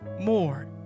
more